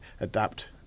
adapt